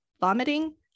vomiting